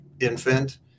infant